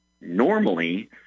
normally